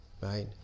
right